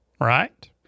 right